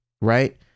Right